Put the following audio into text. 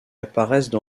apparaissent